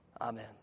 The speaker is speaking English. Amen